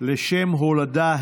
לשם הולדה,